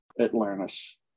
Atlantis